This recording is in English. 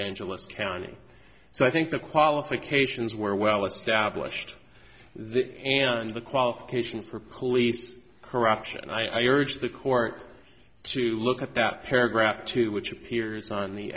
angeles county so i think the qualifications were well established the and the qualification for police corruption i urge the court to look at that paragraph to which appears on the